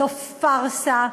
זו פארסה,